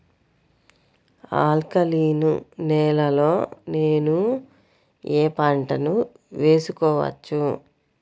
Alkaline నేలలో నేనూ ఏ పంటను వేసుకోవచ్చు?